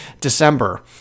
december